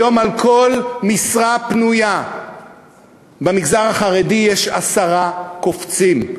היום על כל משרה פנויה במגזר החרדי יש עשרה קופצים.